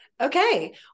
Okay